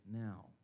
now